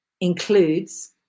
includes